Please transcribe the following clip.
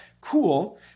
cool